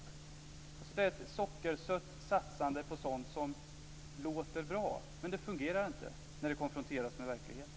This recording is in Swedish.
Det är ett sockersött satsande på sådant som låter bra, men det fungerar tyvärr inte när det konfronteras med verkligheten.